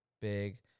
big